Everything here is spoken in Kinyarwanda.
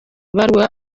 ibaruwa